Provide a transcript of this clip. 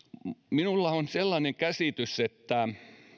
minulla on sellainen käsitys että